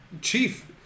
chief